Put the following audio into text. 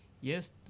yes